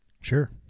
Sure